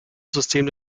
system